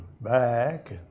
back